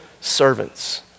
servants